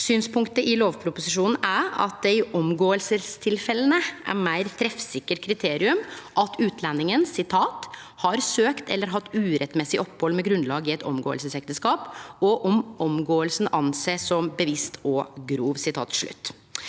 Synspunktet i lovproposisjonen er at det i omgåingstilfella er eit meir treffsikkert kriterium at utlendingen «har søkt eller har hatt urettmessig opp hold med grunnlag i et omgåelsesekteskap» og at «omgåelsen anses som bevisst og grov».